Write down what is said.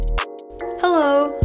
Hello